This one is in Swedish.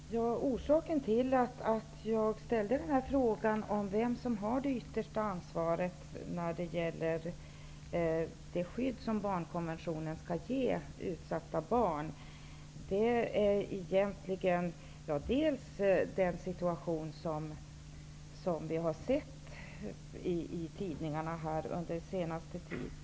Herr talman! Orsaken till att jag ställde frågan om vem som har det yttersta ansvaret för det skydd som barnkonventionen skall ge utsatta barn är den situation som vi läst om i tidningarna under den senaste tiden.